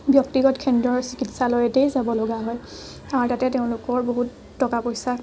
ব্যক্তিগত খণ্ডৰ চিকিৎচালয়তেই যাব লগা হয় তাতে তেওঁলোকৰ বহুত টকা পইচা